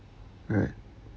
right